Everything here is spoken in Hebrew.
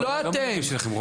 לא אתם.